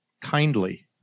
kindly